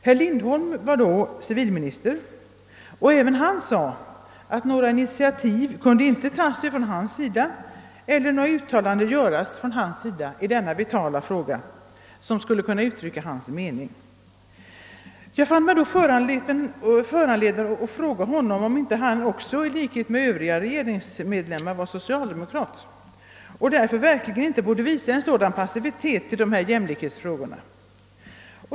Herr Lindholm var då civilminister, och han sade att han inte kunde ta några initiativ eller göra några uttalanden i denna vitala fråga som skulle kunna uttrycka hans mening. Jag fann mig då föranlåten att fråga om inte han i likhet med övriga regeringsmedlemmar wvar socialdemokrat, då han visade en sådan passivitet i dessa jämlikhetsfrågor.